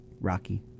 Rocky